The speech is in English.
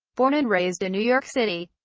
born and raised in new york city,